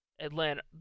Atlanta